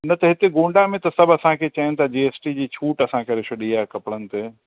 न त हिते गोंडा में त सभु असांखे चवनि था जी एस टी जी छूट असां करे छॾी आहे कपिड़नि ते